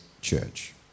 church